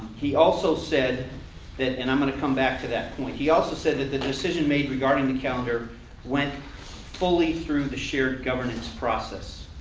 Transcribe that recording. he also said that and i'm going to come back to that point he also said that the decision made regarding the calendar went fully through the shared governance process.